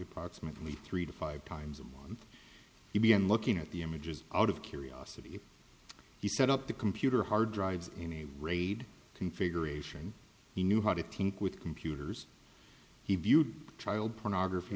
approximately three to five times a month he began looking at the images out of curiosity he set up the computer hard drives in a raid configuration he knew how to think with computers he viewed child pornography